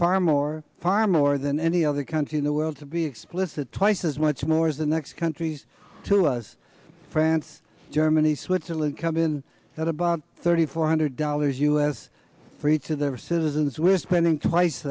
far more far more than any other country in the world to be explicit twice as much more as the next countries to us france germany switzerland come in at about thirty four hundred dollars us free to their citizens we're spending twice